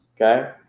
okay